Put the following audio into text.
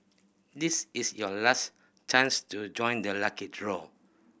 this is your last chance to join the lucky draw